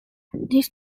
this